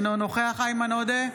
אינו נוכח איימן עודה,